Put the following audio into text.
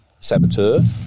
saboteur